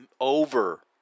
over